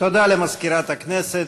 תודה למזכירת הכנסת.